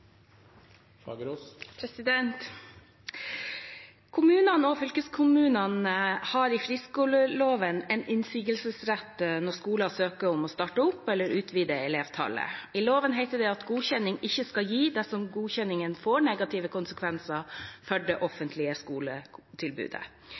Kommunene og fylkeskommunene har i friskoleloven en innsigelsesrett når skoler søker om å starte opp eller utvide elevtallet. I loven heter det at godkjenning ikke skal gis dersom etableringen får negative konsekvenser for det